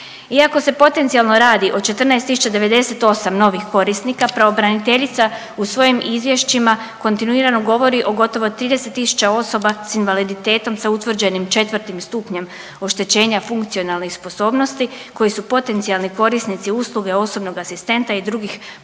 Iako se potencijalno radi o 14098 novih korisnika pravobraniteljica u svojim izvješćima kontinuirano govori o gotovo 30000 osoba sa invaliditetom sa utvrđenim četvrtim stupnjem oštećenja funkcionalnih sposobnosti koji su potencijalni korisnici usluge osobnog asistenta i drugih pomoćnika